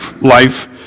life